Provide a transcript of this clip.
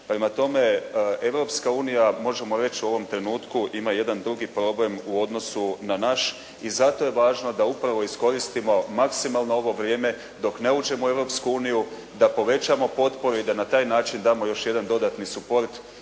Prema tome, Europska unija možemo reći u ovom trenutku ima jedan drugi problem u odnosu na naš i zato je važno da upravo iskoristimo maksimalno ovo vrijeme dok ne uđemo u Europsku uniju, da povećamo potporu i da na taj način damo još jedan dodatni support